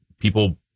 people